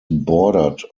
bordered